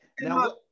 Now